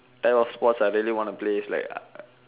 type of sports I really want to play is like uh